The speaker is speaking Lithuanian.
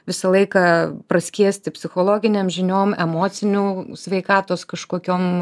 visą laiką praskiesti psichologinėm žiniom emocinių sveikatos kažkokiom